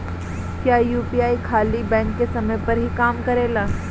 क्या यू.पी.आई खाली बैंक के समय पर ही काम करेला?